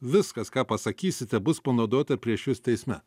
viskas ką pasakysite bus panaudota prieš jus teisme